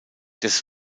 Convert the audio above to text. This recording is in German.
des